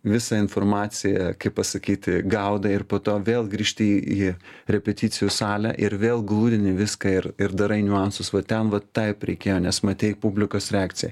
visą informaciją kaip pasakyti gaudai ir po to vėl grįžti į į repeticijų salę ir vėl glūdini viską ir ir darai niuansus va ten va taip reikė nes matei publikos reakciją